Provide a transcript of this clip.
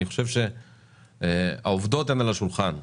אני חושב שהעובדות הן על השולחן,